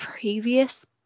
previous